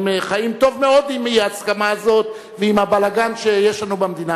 הם חיים טוב מאוד עם האי-הסכמה הזאת ועם הבלגן שיש לנו במדינה.